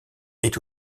est